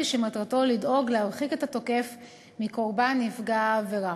שמטרתו לדאוג להרחיק את התוקף מקורבן נפגע העבירה.